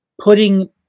putting